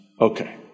Okay